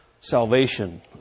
salvation